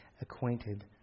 acquainted